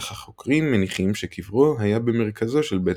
אך החוקרים מניחים שקברו היה במרכזו של בית